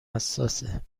حساسه